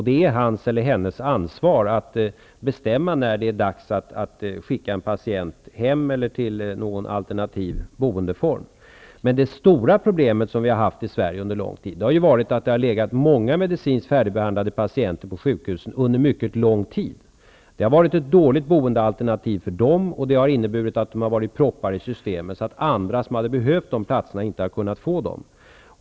Det är hans eller hennes ansvar att bestämma när det är dags att skicka en patient hem eller till någon alternativ boendeform. Det stora problemet som vi länge har haft i Sverige har varit att det har legat många medicinskt färdigbehandlade patienter på sjukhus under mycket lång tid. Det har varit ett dåligt boendealternativ för dem, och det har inneburit att de har varit proppar i systemet, så att andra som hade behövt platserna inte har kunnat få dem.